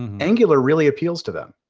angular really appeals to them.